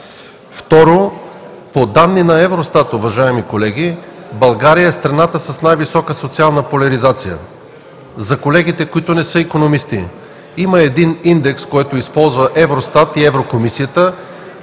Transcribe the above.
Второ, по данни на Евростат, уважаеми колеги, България е страната с най-висока социална поляризация. За колегите, които не са икономисти, има един индекс, който използват Евростат и Еврокомисията,